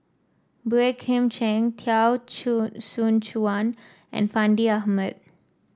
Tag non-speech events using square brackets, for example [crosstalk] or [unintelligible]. Boey Kim Cheng Teo [unintelligible] Soon Chuan and Fandi Ahmad